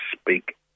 speak